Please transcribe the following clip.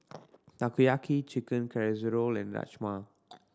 Takoyaki Chicken Casserole and Rajma